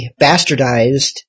bastardized